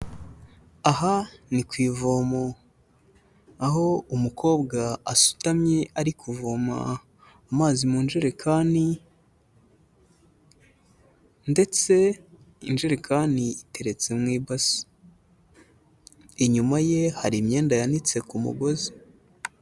Aha ni ku ivomo aho umukobwa asutamye ari kuvoma amazi mu njerekani ndetse injerikani iteretse mu ibase, inyuma ye hari imyenda yanitse ku mugozi.